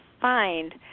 find